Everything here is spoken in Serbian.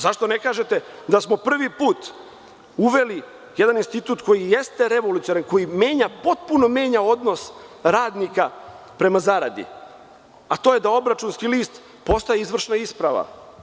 Zašto ne kažete da smo prvi put uveli jedan institut koji jeste revolucionaran, koji potpuno menja odnos radnika prema zaradi, a to je da obračunski list postaje izvršna isprava?